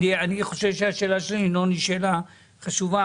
אני חושב שהשאלה של ינון היא שאלה חשובה.